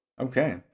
Okay